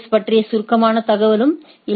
S பற்றிய சுருக்கமான தகவல்களும் இல்லை